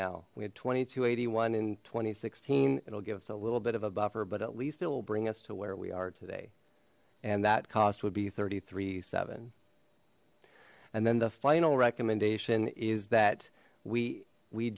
now we had twenty two eighty one in two thousand and sixteen it'll give us a little bit of a buffer but at least it will bring us to where we are today and that cost would be thirty three seven and then the final recommendation is that we we